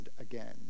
again